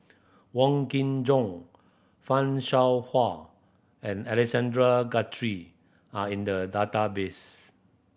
Wong Kin Jong Fan Shao Hua and Alexander Guthrie are in the database